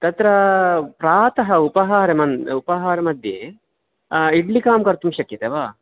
तत्र प्रातः उपहारमन्दि उपहारमध्ये इड्लिकां कर्तुं शक्यते वा